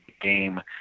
game